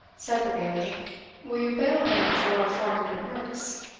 said the bailie will you bail him for four hundred merks?